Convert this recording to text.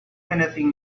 anything